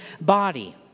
body